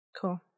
Cool